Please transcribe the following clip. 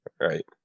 right